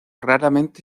raramente